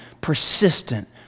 persistent